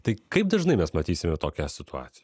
tai kaip dažnai mes matysime tokią situaci